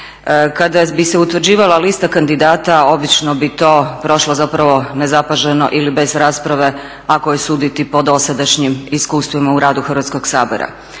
Kada bi se utvrđivala lista kandidata obično bi to prošlo zapravo nezapaženo ili bez rasprave ako je suditi po dosadašnjim iskustvima u radu Hrvatskog sabora.